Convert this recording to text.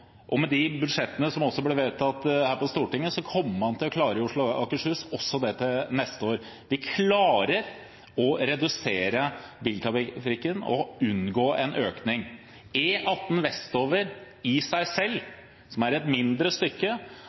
2007-nivå. Med de budsjettene som blir vedtatt her på Stortinget, kommer man til å klare dette i Oslo og Akershus også til neste år. Vi klarer å redusere biltrafikken og unngå en økning. E18 vestover i seg selv, som er et mindre stykke,